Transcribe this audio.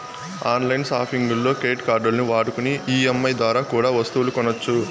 on line సాపింగుల్లో credit కార్డుల్ని వాడుకొని ఈ.ఎం.ఐ దోరా కూడా ఒస్తువులు కొనొచ్చు